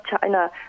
China